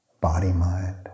body-mind